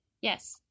Yes